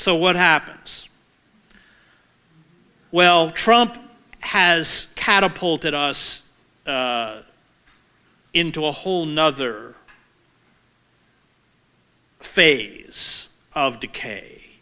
so what happens well trump has catapulted us into a whole nother phase of decay